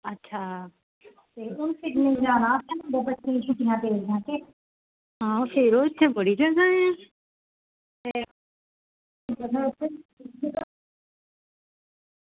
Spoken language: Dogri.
अच्छा आं सबेरै बड़ी जल्दी उठी होई